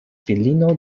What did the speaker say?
filino